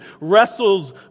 wrestles